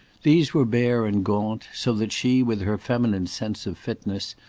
these were bare and gaunt, so that she, with her feminine sense of fitness,